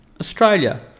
Australia